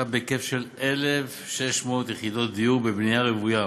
בהיקף של 1,600 יחידות דיור בבנייה רוויה